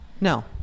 No